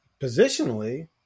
positionally